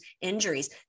injuries